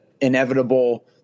inevitable